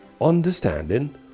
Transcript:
understanding